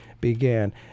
Began